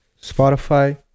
Spotify